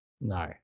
No